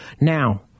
now